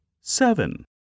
Seven